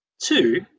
Two